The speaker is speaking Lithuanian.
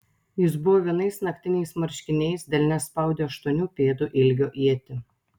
jis buvo vienais naktiniais marškiniais delne spaudė aštuonių pėdų ilgio ietį